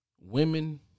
Women